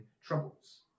troubles